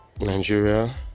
nigeria